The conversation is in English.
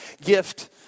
gift